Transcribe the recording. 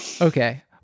Okay